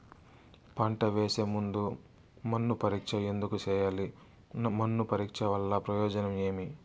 పంట వేసే ముందు మన్ను పరీక్ష ఎందుకు చేయాలి? మన్ను పరీక్ష వల్ల ప్రయోజనం ఏమి?